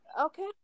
Okay